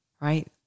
right